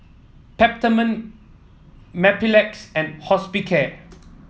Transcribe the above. Peptamen Mepilex and Hospicare